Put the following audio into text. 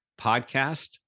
podcast